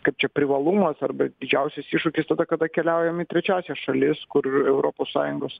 kaip čia privalumas arba didžiausias iššūkis tada kada keliaujam į trečiąsias šalis kur europos sąjungos